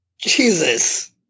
jesus